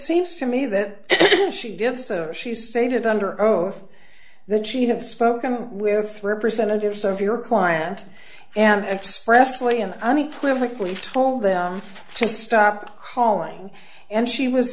seems to me that she did so she stated under oath that she had spoken with representatives of your client and expressly in unequivocally told them to stop calling and she was